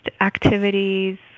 activities